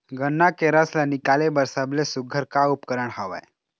गन्ना के रस ला निकाले बर सबले सुघ्घर का उपकरण हवए?